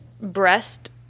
breast